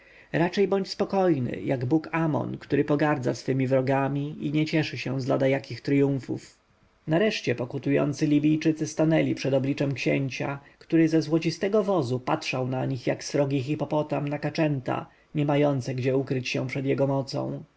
raczej bądź spokojny jak bóg amon który pogardza swymi wrogami i nie cieszy się z ladajakich triumfów nareszcie pokutujący libijczycy stanęli przed obliczem księcia który ze złocistego wozu patrzył na nich jak srogi hipopotam na kaczęta nie mające gdzie ukryć się przed jego mocą